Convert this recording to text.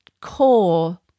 core